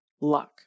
luck